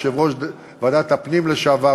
יושב-ראש ועדת הפנים לשעבר,